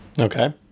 Okay